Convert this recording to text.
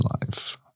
life